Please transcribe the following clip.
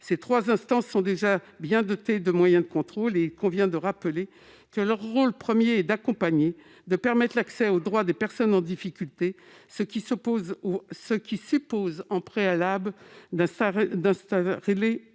Ces trois instances sont déjà dotées de moyens de contrôle, et il convient de rappeler que leur rôle premier est d'accompagner, de permettre l'accès aux droits des personnes en difficulté, ce qui suppose au préalable d'installer une relation